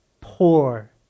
poor